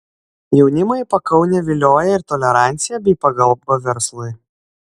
jaunimą į pakaunę vilioja ir tolerancija bei pagalba verslui